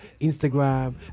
Instagram